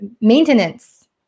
maintenance